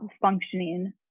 functioning